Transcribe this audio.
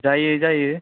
जायो जायो